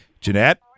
Jeanette